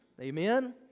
Amen